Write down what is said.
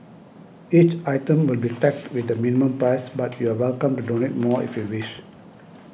each item will be tagged with a minimum price but you're welcome to donate more if you wish